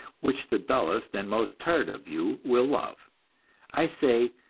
which the dullest and most tired of you will love i say,